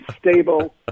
stable